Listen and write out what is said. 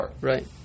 Right